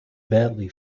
badly